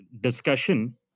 discussion